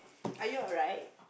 are you alright